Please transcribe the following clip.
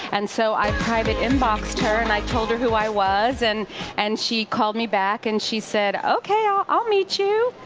and so i kind of in-boxed her and i told her who i was and and she called me back and she said, okay, i'll meet you.